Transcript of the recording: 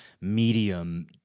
medium